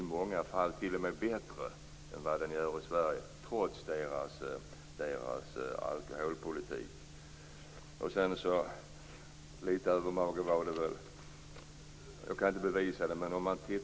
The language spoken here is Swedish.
I många fall fungerar den t.o.m. bättre än motsvarande verksamhet i Sverige; detta trots de andra EU-ländernas alkoholpolitik.